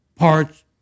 Parts